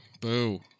Boo